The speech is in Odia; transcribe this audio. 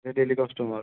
ସିଏ ଡ଼େଲି କଷ୍ଟମର୍